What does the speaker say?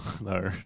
No